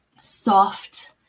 soft